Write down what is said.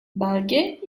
belge